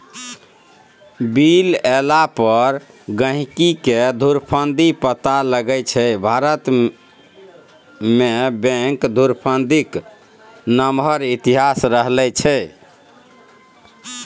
bill एला पर गहिंकीकेँ धुरफंदी पता लगै छै भारतमे बैंक धुरफंदीक नमहर इतिहास रहलै यै